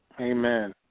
Amen